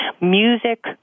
music